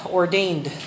ordained